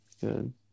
good